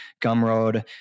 Gumroad